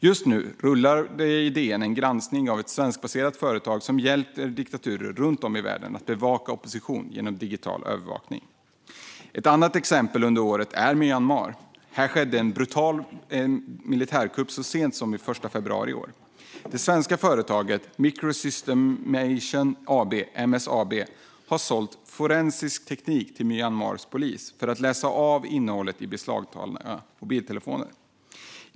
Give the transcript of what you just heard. Just nu rullar det i DN en granskning av ett svenskbaserat företag som hjälper diktaturer runt om i världen att bevaka opposition genom digital övervakning. Ett annat exempel under året är Myanmar. Här skedde en brutal militärkupp så sent som den 1 februari i år. Det svenska företaget Micro Systemation AB, MSAB, har sålt forensisk teknik till Myanmars polis för att läsa av innehållet i beslagtagna mobiltelefoner.